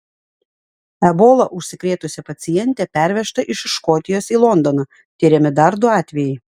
ebola užsikrėtusi pacientė pervežta iš škotijos į londoną tiriami dar du atvejai